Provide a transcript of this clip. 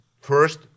first